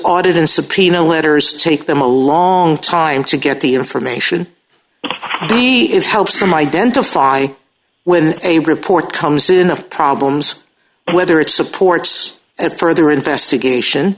audit and subpoena letters take them a long time to get the information it helps them identify when a report comes in of problems whether it supports and further investigation